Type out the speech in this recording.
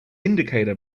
indicator